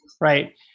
right